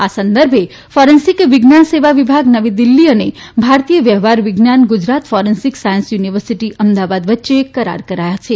આ સંદર્ભે ફોરેન્સિક વિજ્ઞાન સેવા વિભાગ નવી દિલ્ઠી અને ભારતીય વ્યવહાર વિજ્ઞાન Gujarat forensic science university Ahmedabad વચ્ચે કરાર કરાયા છે